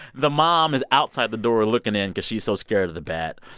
the mom is outside the door looking in because she's so scared of the bat.